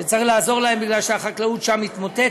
שצריך לעזור להם בגלל שהחקלאות שם מתמוטטת.